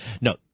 No